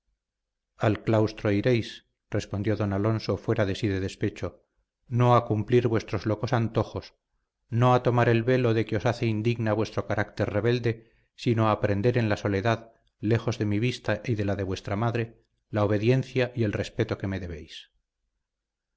al claustro iréis respondió don alonso fuera de sí de despecho no a cumplir vuestros locos antojos no a tomar el velo de que os hace indigna vuestro carácter rebelde sino a aprender en la soledad lejos de mi vista y de la de vuestra madre la obediencia y el respeto que me debéis